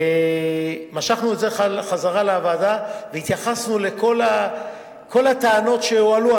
משכנו את הצעת החוק חזרה לוועדה והתייחסנו לכל הטענות שהועלו.